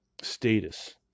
status